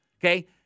okay